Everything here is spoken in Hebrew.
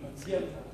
אני מציע לך,